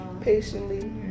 patiently